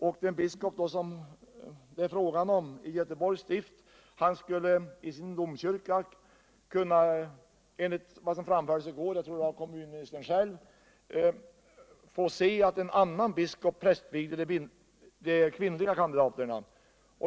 Och den biskop det är fråga om, i Göteborgs stift, skulle i sin domkyrka kunna — enligt vad som framfördes i går, jag tror det var av kommunministern själv — m,m. få se att en annan biskop prästvigde de kvinnliga kandidaterna.